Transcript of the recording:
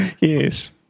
yes